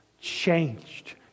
changed